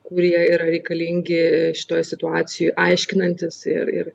kurie yra reikalingi šitoj situacijoj aiškinantis ir ir